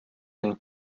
jen